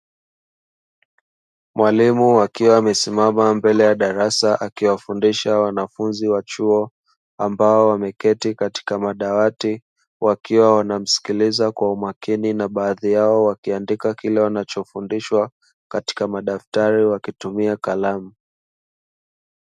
Mwalimu akiwa amesimama mbele ya darasa akiwafundisha wanafunzi wa chuo, ambao wameketi katika madawati wakiwa wanamsikiliza kwa umakini na baadhi yao wakiandika kile wanachofundishwa, katika madaftari wakitumia kalamu.